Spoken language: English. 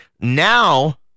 now